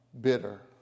bitter